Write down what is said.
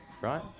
right